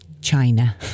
China